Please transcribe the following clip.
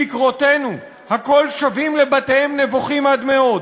כיכרותינו / הכול שבים לבתיהם נבוכים עד מאוד?